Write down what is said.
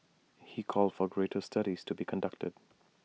he called for greater studies to be conducted